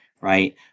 right